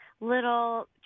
little